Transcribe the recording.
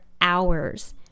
hours